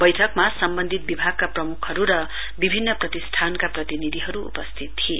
बैठकमा सम्वन्धित विभागका प्रमुखहरू र विभिन्न प्रतिष्ठानका प्रतिनिधिहरू उपस्थित थिए